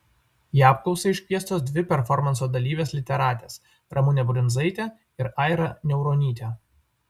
į apklausą iškviestos dvi performanso dalyvės literatės ramunė brunzaitė ir aira niauronytė